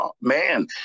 Man